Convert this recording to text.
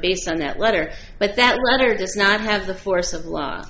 based on that letter but that rather does not have the force of law